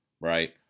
right